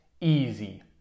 Easy